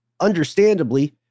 Understandably